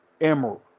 Emerald